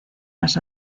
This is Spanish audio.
las